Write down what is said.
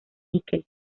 níquel